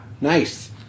Nice